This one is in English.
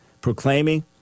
proclaiming